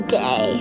day